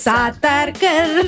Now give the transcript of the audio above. Satarkar